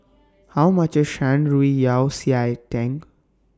How much IS Shan Rui Yao Cai Tang